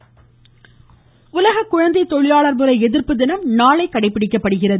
குழந்தை தொழிலாளர் முதலமைச்சர் உலக குழந்தை தொழிலாளர் முறை எதிர்ப்பு தினம் நாளை கடைபிடிக்கப்படுகிறது